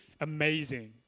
amazing